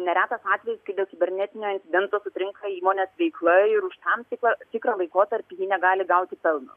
neretas atvejis kai dėl kibernetinio incidento sutrinka įmonės veikla ir už tam tikrą tikrą laikotarpį ji negali gauti pelno